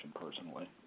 personally